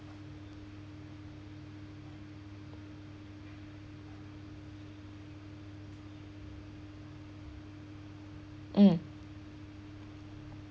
mm